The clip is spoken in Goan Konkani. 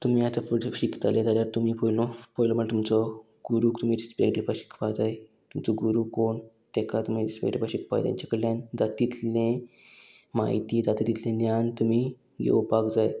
तुमी आतां फुडें शिकतले जाल्यार तुमी पयलो पयलो म्हण तुमचो गुरूक तुमी रिस्पेक्ट दिवपाक शिकपाक जाय तुमचो गुरू कोण तेका तुमी रिस्पेक्ट दिवपा शिकपाक जाय तेंचे कडल्यान जाता तितले म्हायती जाता तितलें ज्ञान तुमी घेवपाक जाय